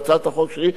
בהצעת החוק שלי,